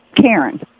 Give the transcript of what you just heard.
Karen